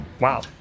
Wow